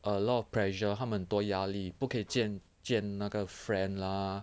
a lot of pressure 他们多压力不可以见见那个 friend lah